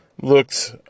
Looks